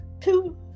two